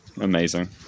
Amazing